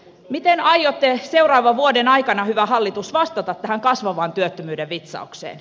miten aiotte seuraavan vuoden aikana hyvä hallitus vastata tähän kasvavan työttömyyden vitsaukseen